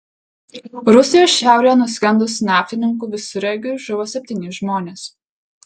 rusijos šiaurėje nuskendus naftininkų visureigiui žuvo septyni žmonės